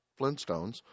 Flintstones